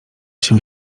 się